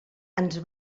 ens